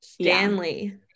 stanley